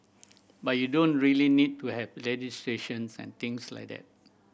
but you don't really need to have legislations and things like that